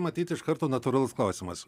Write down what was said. matyt iš karto natūralus klausimas